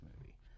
movie